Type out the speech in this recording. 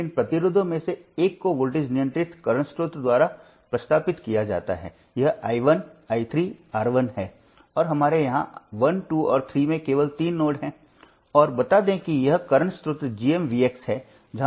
अब जब हमारे पास वोल्टेज नियंत्रित वोल्टेज स्रोत होता है तो स्वतंत्र वोल्टेज स्रोत की तरह हमें एक सुपर नोड बनाना होता है और हमें वोल्टेज स्रोत के लिए समीकरण जोड़ना होता है यह नियंत्रित स्रोत है